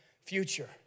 future